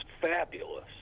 fabulous